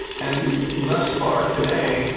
and thus far today,